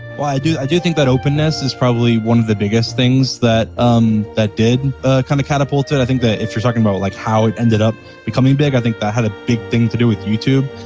well i do i do think that openness is probably one of the biggest things that um that did kind of catapult it, i think that if you're talking about like how it ended up becoming big i think that had a big thing to do with youtube.